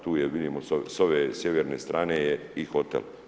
Tu je vidimo s ove sjeverne strane i hotel.